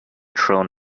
thrown